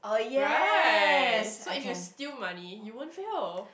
right so if you steal money you won't fail